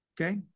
okay